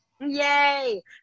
Yay